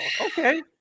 Okay